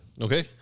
Okay